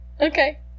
Okay